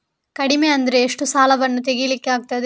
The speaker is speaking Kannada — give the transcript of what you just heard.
ಕಡಿಮೆ ಅಂದರೆ ಎಷ್ಟು ಸಾಲವನ್ನು ತೆಗಿಲಿಕ್ಕೆ ಆಗ್ತದೆ?